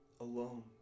Alone